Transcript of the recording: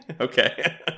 okay